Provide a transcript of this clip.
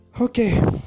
okay